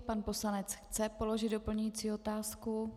Pan poslanec chce položit doplňující otázku.